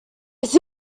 its